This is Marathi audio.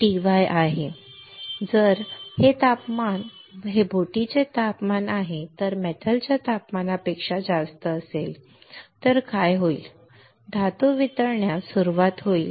तर जर हे तापमान जे बोटीचे तापमान आहे ते धातूच्या तापमानापेक्षा जास्त असेल तर काय होईल धातू मेल्टिंग सुरवात होईल